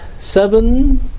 seven